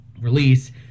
release